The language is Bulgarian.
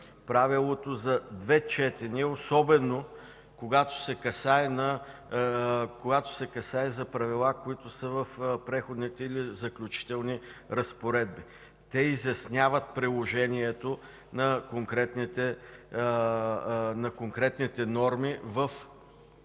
правилото за двете четения, особено когато се касае за правила, които са в Преходните и заключителните разпоредби. Те изясняват приложението на конкретните норми в същината